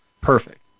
Perfect